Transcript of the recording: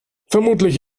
vermutlich